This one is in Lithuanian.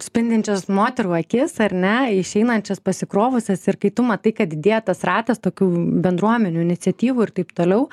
spindinčias moterų akis ar ne išeinančias pasikrovusias ir kai tu matai kad didėja tas ratas tokių bendruomenių iniciatyvų ir taip toliau